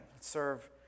serve